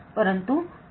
परंतु 5